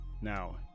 now